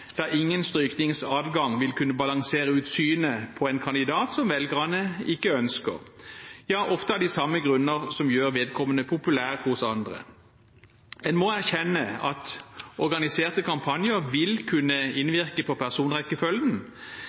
ingen strykningsadgang vil kunne balansere ut synet på en kandidat som velgerne ikke ønsker, ofte av de samme grunner som gjør vedkommende populær hos andre. En må erkjenne at organiserte kampanjer vil kunne innvirke på